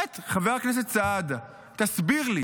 חבר הכנסת סעדה, תסביר לי